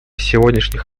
сегодняшних